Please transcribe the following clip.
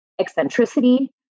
eccentricity